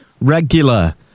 regular